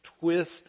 Twist